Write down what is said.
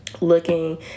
looking